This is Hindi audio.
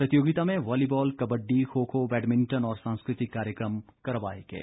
प्रतियोगिता में वॉलीबॉल कबड्डी खो खो बैडमिंटन और सांस्कृतिक कार्यक्रम करवाए गए